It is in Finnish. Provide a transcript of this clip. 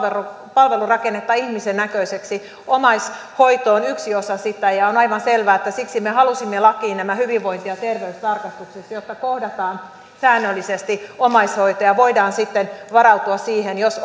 palvelurakennetta ihmisen näköiseksi omaishoito on yksi osa sitä ja on aivan selvää että siksi me halusimme lakiin nämä hyvinvointi ja terveystarkastukset jotta kohdataan säännöllisesti omaishoitaja ja voidaan sitten varautua siihen jos